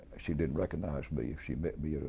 she didn't recognize me if she met me